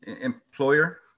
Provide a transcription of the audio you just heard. employer